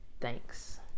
thanks